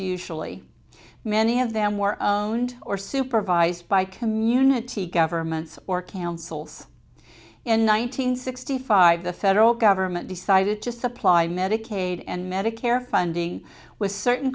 usually many of them were owned or supervised by community governments or councils in one nine hundred sixty five the federal government decided just supply medicaid and medicare funding with certain